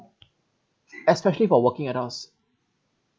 especially for working adults